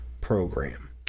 program